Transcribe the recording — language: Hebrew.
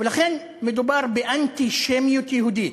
ולכן מדובר באנטישמיות יהודית.